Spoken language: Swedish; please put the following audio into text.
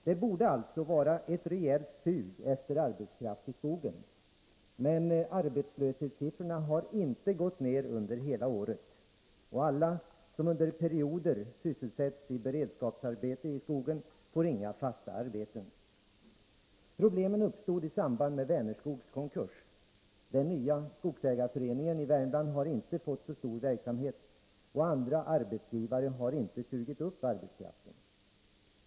Det borde alltså vara ett rejält sug efter arbetskraft i skogen, men arbetslöshetssiffrorna har inte gått ned någon enda gång under hela året. De som under perioder sysselsätts i beredskapsarbeten i skogen får inga fasta arbeten. Problemen uppstod i samband med Vänerskogs konkurs. Den nya skogsägareföreningen i Värmland har inte fått så stor verksamhet, och andra arbetsgivare har inte sugit upp arbetskraften.